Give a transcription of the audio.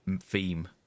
theme